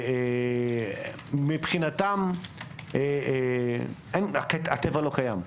מבחינתם הטבע לא קיים.